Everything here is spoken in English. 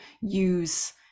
use